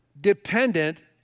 dependent